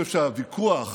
שהוויכוח